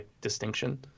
distinction